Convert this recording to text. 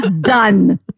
Done